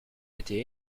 été